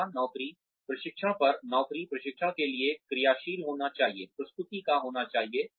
स्थान नौकरी प्रशिक्षण पर नौकरी प्रशिक्षण के लिए क्रियाशील होना चाहिए प्रस्तुति का होना चाहिए